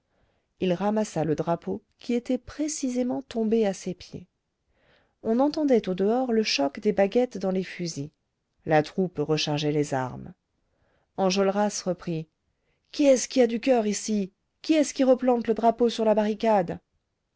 il ramassa le drapeau qui était précisément tombé à ses pieds on entendait au dehors le choc des baguettes dans les fusils la troupe rechargeait les armes enjolras reprit qui est-ce qui a du coeur ici qui est-ce qui replante le drapeau sur la barricade